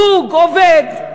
זוג עובד,